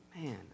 Man